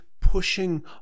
pushing